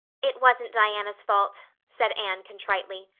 it wasn't diana's fault, said anne contritely.